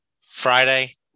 Friday